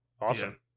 Awesome